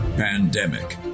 Pandemic